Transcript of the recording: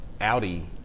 Audi